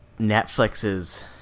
Netflix's